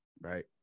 right